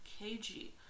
kg